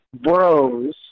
bros